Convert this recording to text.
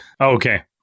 okay